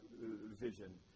vision